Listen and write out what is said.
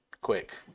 quick